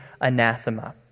anathema